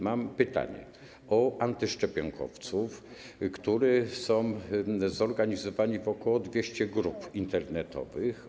Mam pytanie o antyszczepionkowców, którzy są zorganizowani w ok. 200 grupach internetowych.